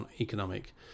economic